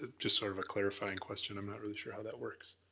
ah just sort of a clarifying question. i'm not really sure how that works.